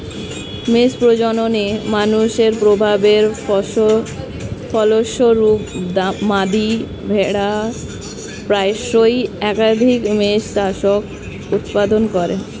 মেষ প্রজননে মানুষের প্রভাবের ফলস্বরূপ, মাদী ভেড়া প্রায়শই একাধিক মেষশাবক উৎপাদন করে